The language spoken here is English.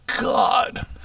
god